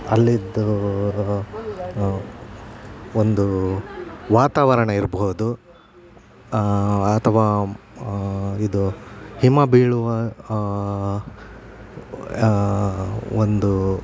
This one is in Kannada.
ಅಲ್ಲಿಯದ್ದು ಒಂದು ವಾತಾವರಣ ಇರ್ಬಹುದು ಅಥವಾ ಇದು ಹಿಮ ಬೀಳುವ ಒಂದು